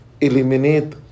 eliminate